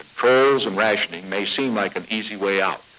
controls and rationing may seem like an easy way out,